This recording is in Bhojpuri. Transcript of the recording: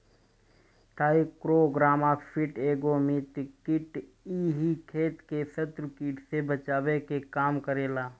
टाईक्रोग्रामा कीट एगो मित्र कीट ह इ खेत के शत्रु कीट से बचावे के काम करेला